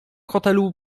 hotelu